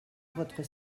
votre